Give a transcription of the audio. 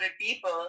people